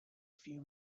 few